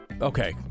Okay